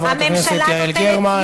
חברת הכנסת יעל גרמן.